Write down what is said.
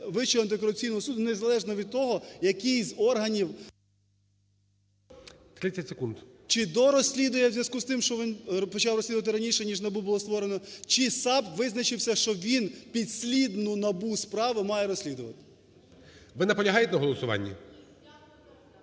Вищого антикорупційного суду, незалежно від того, який з органів… ГОЛОВУЮЧИЙ. 30 секунд. КНЯЗЕВИЧ Р.П. …чи дорозслідує у зв'язку з тим, що він почав розслідувати раніше, ніж НАБУ було створено, чи САП визначився, що він підслідну НАБУ справу має розслідувати. ГОЛОВУЮЧИЙ. Ви наполягаєте на голосуванні?